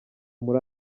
muri